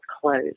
closed